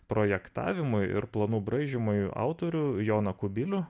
projektavimui ir planų braižymui autorių joną kubilių